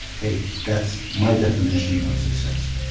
hey, that's my definition of success.